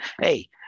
hey